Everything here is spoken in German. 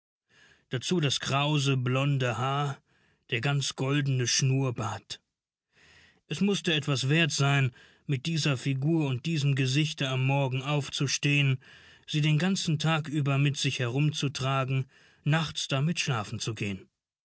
dazu das krause blonde haar der ganz goldene schnurrbart es mußte etwas wert sein mit dieser figur und diesem gesichte am morgen aufzustehen sie den ganzen tag über mit sich herumzutragen nachts damit schlafen zu gehen